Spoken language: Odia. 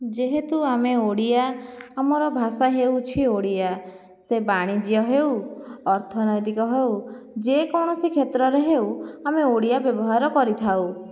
ଯେହେତୁ ଆମେ ଓଡ଼ିଆ ଆମର ଭାଷା ହେଉଛି ଓଡ଼ିଆ ସେ ବାଣିଜ୍ୟ ହେଉ ଅର୍ଥନୈତିକ ହେଉ ଯେକୌଣସି କ୍ଷେତ୍ରରେ ହେଉ ଆମେ ଓଡ଼ିଆ ବ୍ୟବହାର କରିଥାଉ